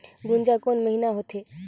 गुनजा कोन महीना होथे?